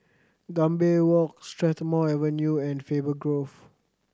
Gambir Walk Strathmore Avenue and Faber Grove